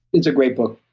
it's a great book.